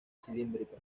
cilíndrica